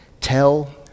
Tell